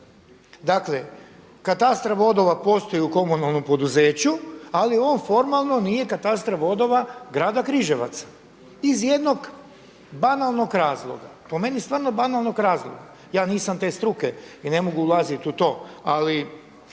Dakle katastar vodova postoji u komunalnom poduzeću, ali on formalno nije katastar vodova grada Križevaca iz jednog banalnog razloga, po meni stvarno banalnog razloga. Ja nisam te struke i ne mogu ulaziti u to, ali